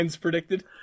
predicted